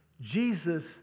Jesus